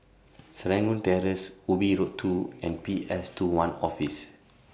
Serangoon Terrace Ubi Road two and P S two one Office